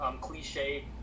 cliche